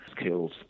skills